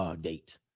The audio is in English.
date